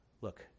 look